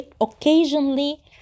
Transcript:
occasionally